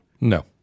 No